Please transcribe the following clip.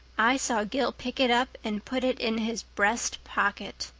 i saw gil pick it up and put it in his breast pocket.